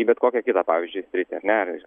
į bet kokią kitą pavyzdžiui sritį ar ne